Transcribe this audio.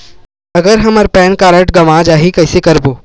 अगर हमर pan card गवां जाही कइसे करबो?